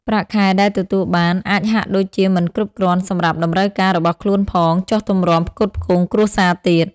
ប្រាក់ខែដែលទទួលបានអាចហាក់ដូចជាមិនគ្រប់គ្រាន់សម្រាប់តម្រូវការរបស់ខ្លួនផង ចុះទម្រាំផ្គត់ផ្គង់គ្រួសារទៀត។